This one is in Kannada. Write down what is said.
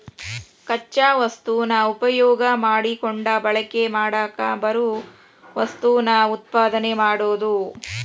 ಕಚ್ಚಾ ವಸ್ತುನ ಉಪಯೋಗಾ ಮಾಡಕೊಂಡ ಬಳಕೆ ಮಾಡಾಕ ಬರು ವಸ್ತುನ ಉತ್ಪಾದನೆ ಮಾಡುದು